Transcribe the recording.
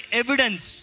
evidence